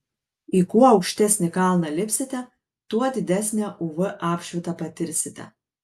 į kuo aukštesnį kalną lipsite tuo didesnę uv apšvitą patirsite